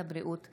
של